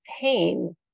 pain